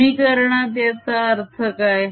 समीकरणात याचा अर्थ काय